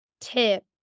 tip